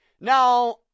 Now